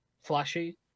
flashy